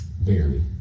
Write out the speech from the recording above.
Barely